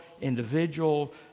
individual